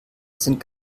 sind